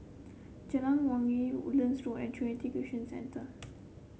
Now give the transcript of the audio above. Jalan Wangi Woodlands Road and Trinity Christian Centre